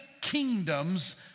kingdoms